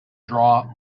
draw